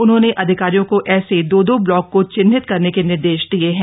उन्होंने अधिकारियों को ऐसे दो दो ब्लॉक को चिह्नित करने के निर्देश दिये हैं